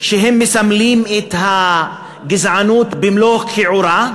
שמסמלים את הגזענות במלוא כיעורה.